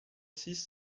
six